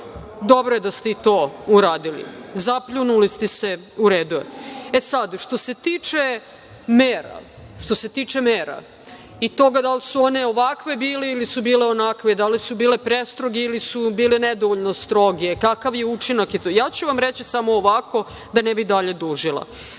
dobro je da ste i to uradili. Zapljunuli ste se, u redu je. Sad što se tiče mera i toga da li su one ovakve bile ili su bile onakve, da li su bile prestroge ili su vam bile nedovoljno stroge. Kakav je učinak? Ja ću vam reči samo ovako da ne bi dalje dužila.